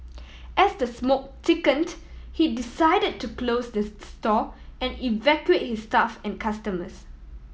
as the smoke thickened he decided to close the store and evacuate his staff and customers